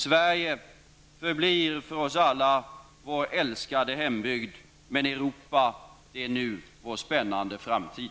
Sverige förblir för oss alla vår älskade hembygd. Men Europa är nu vår spännande framtid.